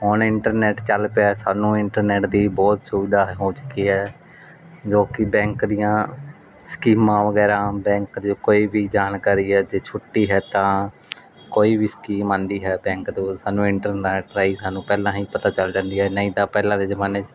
ਹੁਣ ਇੰਟਰਨੈਟ ਚੱਲ ਪਿਆ ਸਾਨੂੰ ਇੰਟਰਨੈਟ ਦੀ ਬਹੁਤ ਸੁਵਿਧਾ ਹੋ ਚੁੱਕੀ ਹੈ ਜੋ ਕਿ ਬੈਂਕ ਦੀਆਂ ਸਕੀਮਾਂ ਵਗੈਰਾ ਬੈਂਕ ਦੀ ਕੋਈ ਵੀ ਜਾਣਕਾਰੀ ਹੈ ਅਤੇ ਛੁੱਟੀ ਹੈ ਤਾਂ ਕੋਈ ਵੀ ਸਕੀਮ ਆਉਂਦੀ ਹੈ ਬੈਂਕ ਤੋਂ ਸਾਨੂੰ ਇੰਟਰਨੈੱਟ ਰਾਹੀਂ ਸਾਨੂੰ ਪਹਿਲਾਂ ਹੀ ਪਤਾ ਚੱਲ ਜਾਂਦੀ ਹੈ ਨਹੀਂ ਤਾਂ ਪਹਿਲਾਂ ਦੇ ਜ਼ਮਾਨੇ